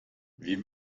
wie